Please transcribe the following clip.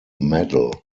medal